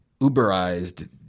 Uberized